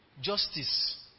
justice